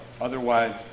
Otherwise